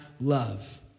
love